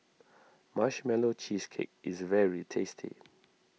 Marshmallow Cheesecake is very tasty